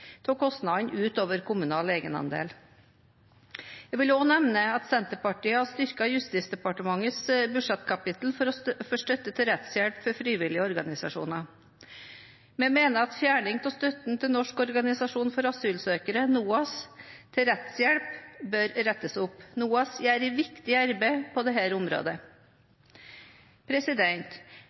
av kostnadene utover kommunal egenandel. Jeg vil også nevne at Senterpartiet har styrket Justisdepartementets budsjettkapittel for støtte til rettshjelp for frivillige organisasjoner. Vi mener at fjerning av støtten til Norsk Organisasjon for Asylsøkere, NOAS, til rettshjelp bør rettes opp. NOAS gjør et viktig arbeid på dette området.